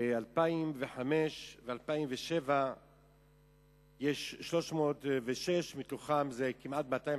2005 2007. יש 306, מתוכם כמעט 250,